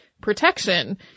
protection